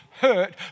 hurt